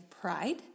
pride